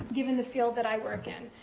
given the field that i work in?